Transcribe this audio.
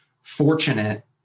fortunate